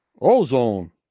Ozone